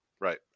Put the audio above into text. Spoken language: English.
Right